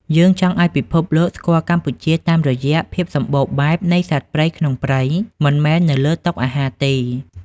យើងចង់ឱ្យពិភពលោកស្គាល់កម្ពុជាតាមរយៈភាពសំបូរបែបនៃសត្វព្រៃក្នុងព្រៃ មិនមែននៅលើតុអាហារទេ។